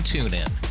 TuneIn